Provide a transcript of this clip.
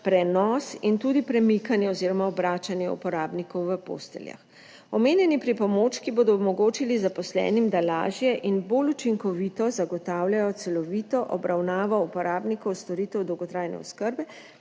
prenos in tudi premikanje oziroma obračanje uporabnikov v posteljah. Omenjeni pripomočki bodo omogočili zaposlenim, da lažje in bolj učinkovito zagotavljajo celovito obravnavo uporabnikov storitev dolgotrajne oskrbe,